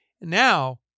Now